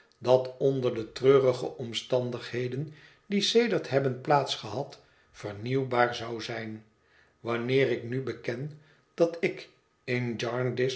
dat onder de treurige omstandigheden die sedert hebben plaats gehad vernieuwbaar zou zijn wanneer ik nu beken dat ik in